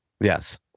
yes